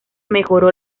mejoró